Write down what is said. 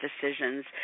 decisions